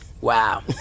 wow